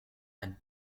and